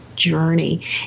journey